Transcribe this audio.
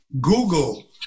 Google